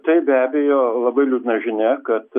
tai be abejo labai liūdna žinia kad